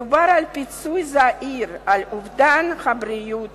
מדובר על פיצוי זעיר על אובדן הבריאות